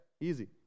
Easy